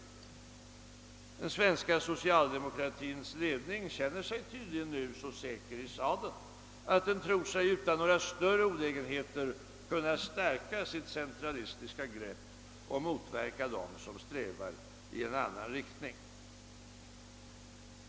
Den svenska socialdemokratins ledning känner sig tydligen nu så säker i sadeln, att den tror sig utan några större olägenheter kunna stärka sitt centralistiska grepp och motverka dem som strävar i en annan riktning.